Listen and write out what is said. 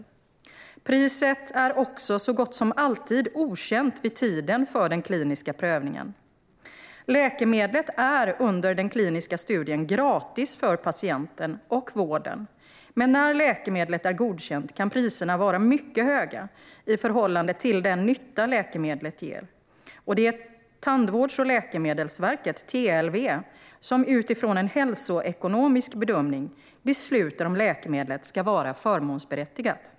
Svar på interpellationer Priset är också så gott som alltid okänt vid tiden för den kliniska prövningen. Läkemedlet är under den kliniska studien gratis för patienten och vården, men när läkemedlet är godkänt kan priserna vara mycket höga i förhållande till den nytta läkemedlet ger. Det är Tandvårds och läkemedelsförmånsverket, TLV, som utifrån en hälsoekonomisk bedömning beslutar om läkemedlet ska vara förmånsberättigat.